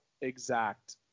exact